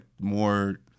more